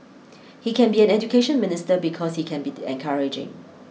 he can be an Education Minister because he can be encouraging